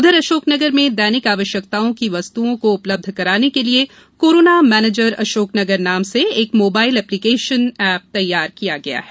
उधर अशोकनगर में दैनिक आवश्यकताओं की वस्तुओं को उपलब्ध कराने के लिए कोरोना मैनेजर अशोकनगर नाम से एक मोबाइल एप्लीकेशन एप तैयार किया गया है